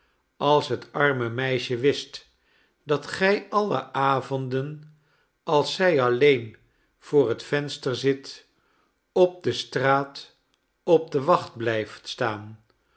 als het arme meisje wist dat gij alle avonden als zij alleen voor het venster zit op de straat op de wacht blijft staan